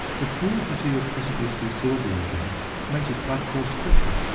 the thought that he would presently see sylvia again made his blood course quicker,